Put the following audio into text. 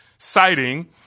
citing